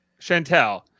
Chantel